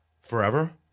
forever